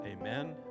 Amen